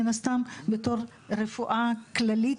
מן הסתם בתור רפואה כללית,